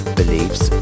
beliefs